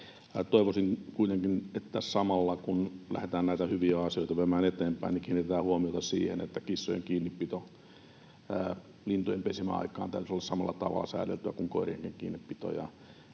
Toivoisin kuitenkin, että samalla kun lähdetään näitä hyviä asioita viemään eteenpäin, kiinnitetään huomiota siihen, että kissojen kiinnipidon lintujen pesimäaikaan täytyy olla samalla tavalla säädeltyä kuin koirienkin kiinnipito.